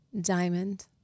diamond